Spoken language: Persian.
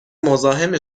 مزاحم